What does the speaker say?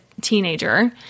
teenager